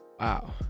Wow